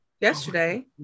yesterday